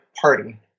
party